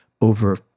over